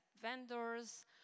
vendors